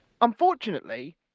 unfortunately